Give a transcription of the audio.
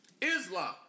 Islam